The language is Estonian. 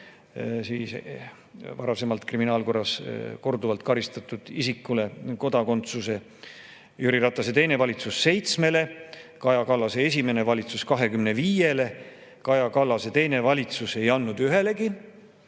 14-le varasemalt kriminaalkorras korduvalt karistatud isikule kodakondsuse, Jüri Ratase teine valitsus seitsmele, Kaja Kallase esimene valitsus 25-le, Kaja Kallase teine valitsus ei andnud ühelegi,